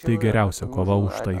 tai geriausia kova už tai